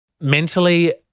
Mentally